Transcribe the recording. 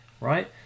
right